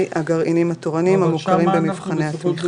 הגרעינים התורנים המוכרים במבחני התמיכה.